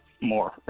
more